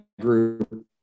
group